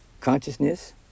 consciousness